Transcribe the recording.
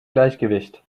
gleichgewicht